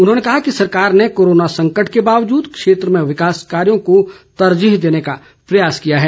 उन्होंने कहा कि सरकार ने कोरोना संकट के बावजूद क्षेत्र में विकास कार्यों को तरजीह देने का प्रयास किया है